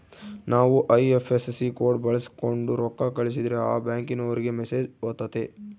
ನಾವು IFSC code ಬಳಕ್ಸೋಂಡು ರೊಕ್ಕ ಕಳಸಿದ್ರೆ ಆ ಬ್ಯಾಂಕಿನೋರಿಗೆ ಮೆಸೇಜ್ ಹೊತತೆ